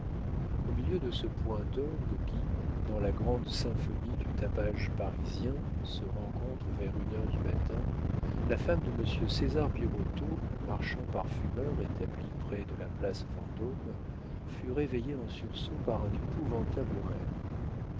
au milieu de ce point d'orgue qui dans la grande symphonie du tapage parisien se rencontre vers une heure du matin la femme de monsieur césar birotteau marchand parfumeur établi près de la place vendôme fut réveillée en sursaut par un épouvantable rêve